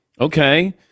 Okay